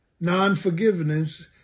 non-forgiveness